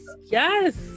Yes